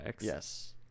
Yes